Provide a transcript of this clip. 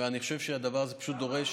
ואני חושב שהדבר הזה פשוט דורש,